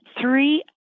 three